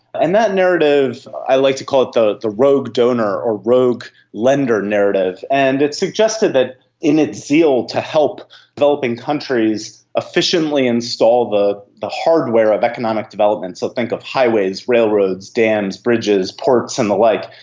and that narrative, i like to call it the the rogue donor or rogue lender narrative, and it is suggested that in its zeal to help developing countries efficiently install the the hardware of economic development, so think of highways, railroads, dams, bridges, ports and the like,